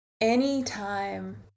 Anytime